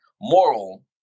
moral